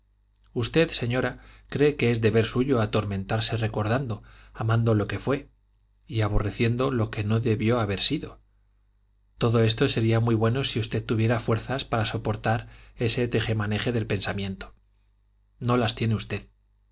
usted señora cree que es deber suyo atormentarse recordando amando lo que fue y aborreciendo lo que no debió haber sido todo esto sería muy bueno si usted tuviera fuerzas para soportar ese teje maneje del pensamiento no las tiene usted